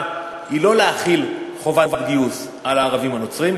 היא לא להחיל חובת גיוס על הערבים הנוצרים.